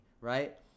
right